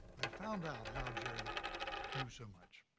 i found out how jerry knew so much.